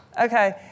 Okay